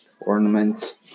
ornaments